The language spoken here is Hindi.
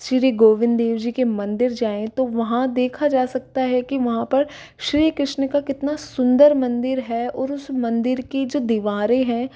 श्री गोविंद देव जी के मंदिर जाएँ तो वहाँ देखा जा सकता है कि वहाँ पर श्री कृष्ण का कितना सुंदर मंदिर है और उस मंदिर की जो दीवारें हैं